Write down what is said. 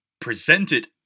presented